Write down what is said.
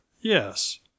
yes